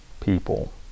people